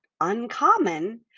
uncommon